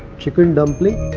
chicken dumpling.